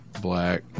Black